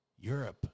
Europe